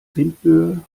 windböe